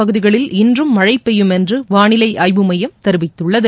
பகுதிகளில் இன்றும் மழை பெய்யும் என்று வானிலை ஆய்வு மையம் தெரிவித்துள்ளது